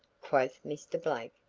quoth mr. blake.